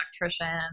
electrician